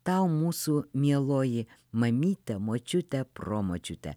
tau mūsų mieloji mamyte močiute promočiute